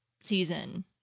season